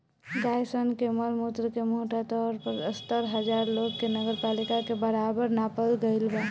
गाय सन के मल मूत्र के मोटा तौर पर सत्तर हजार लोग के नगरपालिका के बराबर नापल गईल बा